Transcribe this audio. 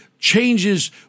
changes